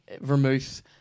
vermouth